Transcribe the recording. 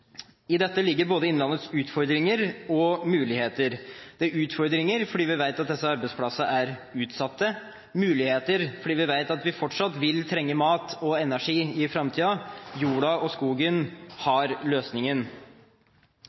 I dette ligger både innlandets utfordringer og muligheter – utfordringer fordi vi vet at disse arbeidsplassene er utsatte, muligheter fordi vi vet at vi fortsatt vil trenge mat og energi i framtiden. Jorden og skogen har